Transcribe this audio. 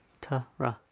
Ta-ra